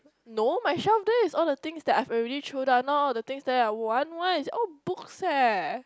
no my shelf there is all the things that I've already throw out not all the things that I want one it's all book eh